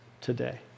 today